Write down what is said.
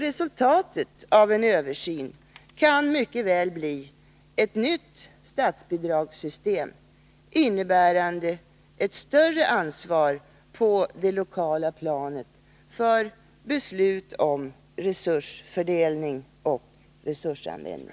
Resultatet av en översyn kan mycket väl bli ett nytt statsbidragssystem, innebärande ett större ansvar på det lokala planet för beslut om resursfördelning och resursanvändning.